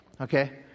Okay